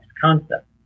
concept